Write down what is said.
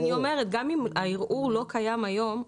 אני אומרת שגם אם הערעור לא קיים היום,